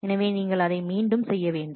எனவே நீங்கள் அதை மீண்டும் செய்ய வேண்டும்